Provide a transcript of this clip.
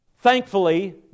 Thankfully